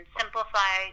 simplify